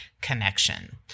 connection